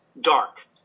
dark